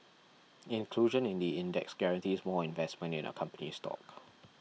inclusion in the index guarantees more investment in a company's stock